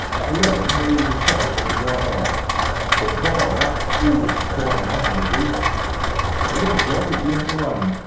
eleven there was a fight at the white hart but bar that all was quiet enough on the beat. at one o'clock it began to rain,